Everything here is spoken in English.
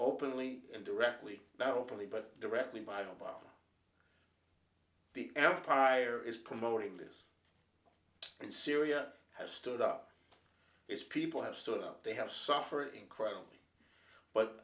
openly and directly now openly but directly by obama the empire is promoting this and syria has stood up its people have stood up they have suffered incredibly but